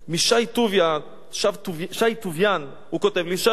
שי טוביאן כותב לי: שלום,